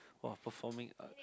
!wah! performing art